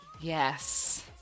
Yes